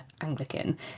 Anglican